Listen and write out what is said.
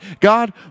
God